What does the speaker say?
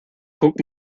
guck